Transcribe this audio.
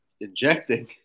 injecting